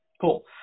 Cool